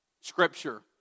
Scripture